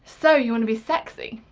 so, you want to be sexy?